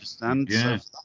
understand